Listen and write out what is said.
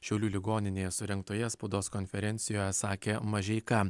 šiaulių ligoninėje surengtoje spaudos konferencijoje sakė mažeika